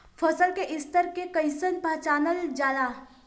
फसल के स्तर के कइसी पहचानल जाला